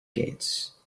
gates